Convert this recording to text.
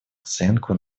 оценку